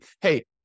hey